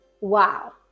wow